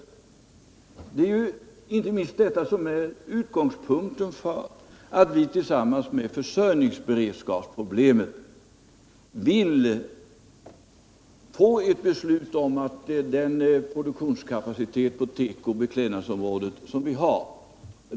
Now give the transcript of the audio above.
Det är ju inte minst detta som är utgångspunkten, tillsammans med försörjningsberedskapsproblemen, när vi vill få ett beslut om att vi nu skall söka bevara den produktionskapacitet på tekooch beklädnadsområdet som vi har.